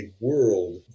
world